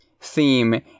theme